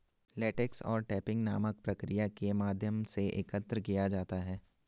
latex को tapping नामक प्रक्रिया के माध्यम से एकत्र किया जाता है